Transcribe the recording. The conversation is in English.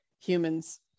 humans